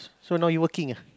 so now you working ah